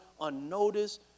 unnoticed